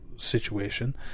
situation